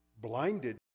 blinded